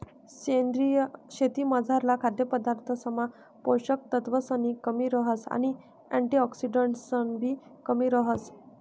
सेंद्रीय शेतीमझारला खाद्यपदार्थसमा पोषक तत्वसनी कमी रहास आणि अँटिऑक्सिडंट्सनीबी कमी रहास